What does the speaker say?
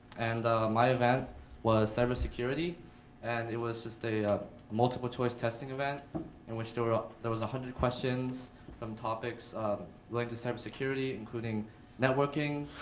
and my event was cyber security and it was just a multiple choice testing event in which there ah there was one hundred questions from topics linked to cyber security, including networking,